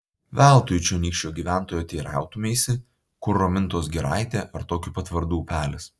veltui čionykščio gyventojo teirautumeisi kur romintos giraitė ar tokiu pat vardu upelis